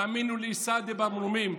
תאמינו לי, סהדי במרומים,